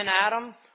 Adam